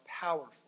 powerful